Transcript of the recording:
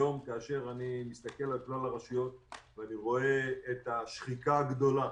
היום כאשר אני מסתכל על כלל הרשויות אני רואה את השחיקה הגדולה.